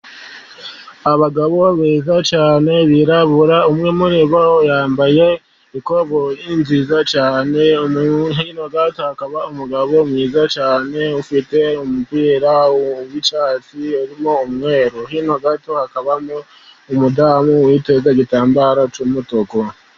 Abagabo beza cyane birabura, umwe muri bo yambaye ikoboyi nziza cyane, hino gato hari umugabo mwiza cyane ufite umupira w'icyatsi urimo umweru, hino gato hakabamo umudamu witeze gitambaro cy'umutuku.